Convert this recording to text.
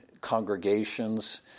congregations